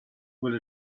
will